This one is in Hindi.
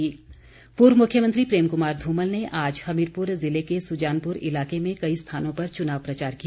धुमल पूर्व मुख्यमंत्री प्रेम कुमार धूमल ने आज हमीरपुर जिले के सुजानपुर इलाके में कई स्थानों पर चुनाव प्रचार किया